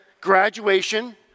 graduation